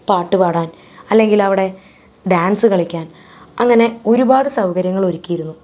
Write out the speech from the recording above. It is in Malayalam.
പാട്ടുപാടാൻ അല്ലെങ്കിൽ അവിടെ ഡാൻസ് കളിക്കാൻ അങ്ങനെ ഒരുപാട് സൗകര്യങ്ങൾ ഒരുക്കിയിരുന്നു